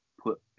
put